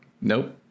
nope